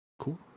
cool